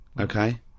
Okay